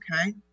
Okay